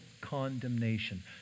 condemnation